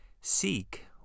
seek